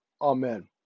amen